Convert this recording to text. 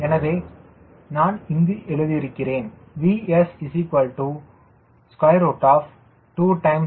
எனவே நான் இங்கு எழுதுகிறேன்